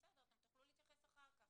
אתם תוכלו להתייחס אחר כך.